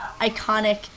iconic